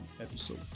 episode